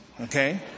okay